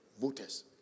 voters